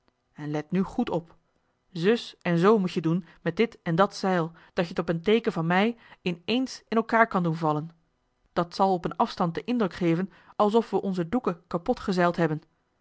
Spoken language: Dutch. en let nu goed op zus en zoo moet-je doen met dit en dat zeil dat je t op een teeken van mij inééns in elkaar kan doen vallen dat zal op een afstand den indruk geven alsof we onze doeken kapot gezeild hebben